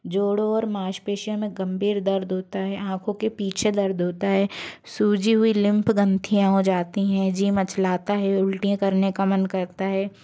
जोड़ो और माँसपेशियों में गम्भीर दर्द होता है आँखों के पीछे दर्द होता है सूजी हुई लिम्फ ग्रन्थियाँ हो जाती हैं जी मचलाता है उल्टियाँ करने का मन करता है